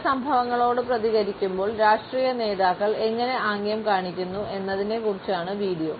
ചില സംഭവങ്ങളോട് പ്രതികരിക്കുമ്പോൾ രാഷ്ട്രീയ നേതാക്കൾ എങ്ങനെ ആംഗ്യം കാണിക്കുന്നു എന്നതിനെക്കുറിച്ചാണ് വീഡിയോ